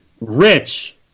Rich